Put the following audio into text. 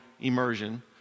immersion